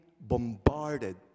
bombarded